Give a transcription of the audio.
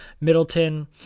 Middleton